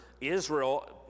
Israel